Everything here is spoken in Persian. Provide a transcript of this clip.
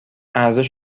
ارزش